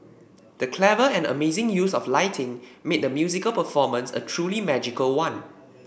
the clever and amazing use of lighting made the musical performance a truly magical one